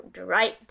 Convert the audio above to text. right